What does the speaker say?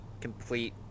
complete